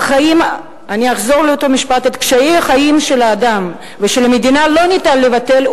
אני אחזור לאותו משפט: את קשיי החיים של האדם ושל המדינה לא ניתן לבטל,